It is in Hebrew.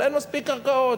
אבל אין מספיק קרקעות,